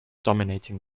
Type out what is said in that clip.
dominating